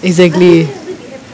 exactly